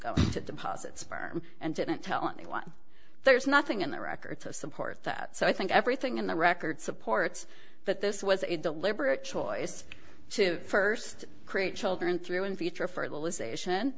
to deposit sperm and didn't tell anyone there's nothing in the record to support that so i think everything in the record supports that this was a deliberate choice to first create children through in vitro fertilization